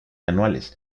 anuales